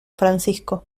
francisco